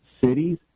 cities